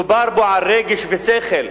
דובר פה על רגש ושכל,